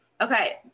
Okay